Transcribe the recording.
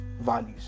values